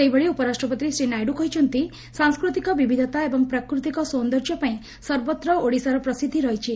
ସେହିଭଳି ଉପରାଷ୍ଟପତି ଶ୍ରୀ ନାଇଡୁ କହିଛନ୍ତି ସାଂସ୍କୃତିକ ବିବିଧତା ଏବଂ ପ୍ରାକୃତିକ ସୌନ୍ଦର୍ଯ୍ୟ ପାଇଁ ସର୍ବତ୍ର ଓଡ଼ିଶାର ପ୍ରସିଦ୍ଧି ରହିଛି